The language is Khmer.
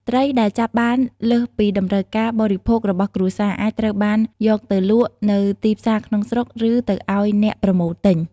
ត្រីដែលចាប់បានលើសពីតម្រូវការបរិភោគរបស់គ្រួសារ អាចត្រូវបានយកទៅលក់នៅទីផ្សារក្នុងស្រុក ឬទៅឲ្យអ្នកប្រមូលទិញ។